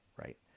right